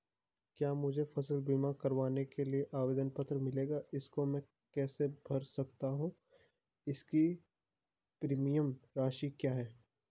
क्या मुझे फसल बीमा करवाने के लिए आवेदन पत्र मिलेगा इसको मैं कैसे भर सकता हूँ इसकी प्रीमियम राशि क्या है?